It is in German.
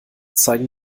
zeigen